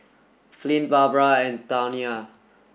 Flint Barbra and Tawnya